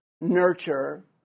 nurture